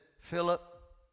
Philip